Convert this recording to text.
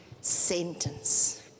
sentence